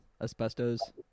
Asbestos